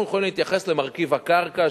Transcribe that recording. אנחנו יכולים להתייחס למרכיב הקרקע,